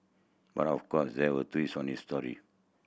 but of course there a twist on this story